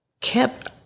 kept